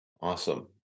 Awesome